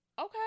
Okay